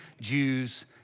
Jews